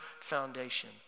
foundation